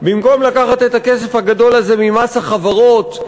במקום לקחת את הכסף הגדול הזה ממס החברות,